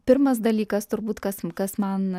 pirmas dalykas turbūt kas kas man